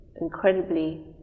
incredibly